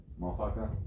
motherfucker